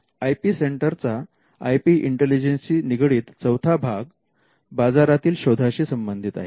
I P सेंटरचा I P इंटेलिजन्सशी निगडित चौथा भाग बाजारातील शोधाशी संबंधित आहे